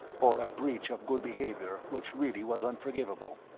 for a breach of good behaviour which really was unforgivable.